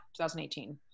2018